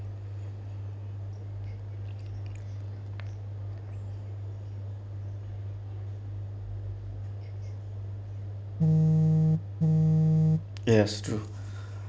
yes true